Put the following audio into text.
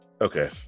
Okay